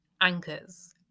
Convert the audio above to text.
anchors